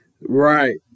Right